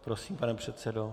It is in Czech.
Prosím, pane předsedo.